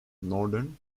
northern